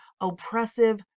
oppressive